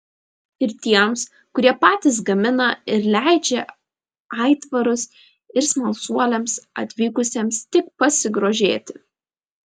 ir tiems kurie patys gamina ir leidžia aitvarus ir smalsuoliams atvykusiems tik pasigrožėti